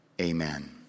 Amen